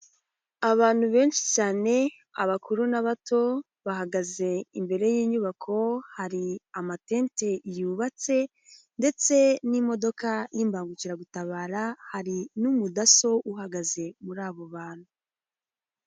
Abantu benshi cyane abakuru n'abato bahagaze imbere y'inyubako, hari amatente yubatse ndetse n'imodoka y'imbangukiragutabara hari n'umudaso uhagaze muri abo bantu.